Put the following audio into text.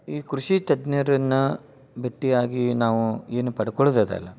ಈ ಕೃಷಿ ತಜ್ಞರನ್ನ ಭೇಟಿಯಾಗಿ ನಾವು ಏನು ಪಡ್ಕೊಳ್ಳುದ ಅದಲ್ಲ